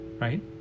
right